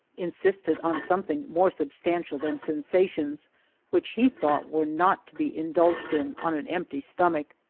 insisted on something more substantial than sensa tions which he thought were not to be in dulged in on an empty stomach.